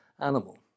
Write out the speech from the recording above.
animal